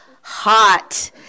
hot